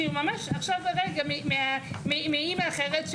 כאילו ממש עכשיו כרגע מאמא אחרת,